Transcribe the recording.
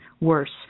worse